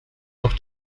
noch